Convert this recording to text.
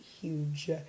huge